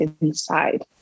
inside